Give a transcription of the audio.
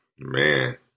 Man